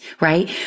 right